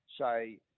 say